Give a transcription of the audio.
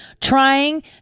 trying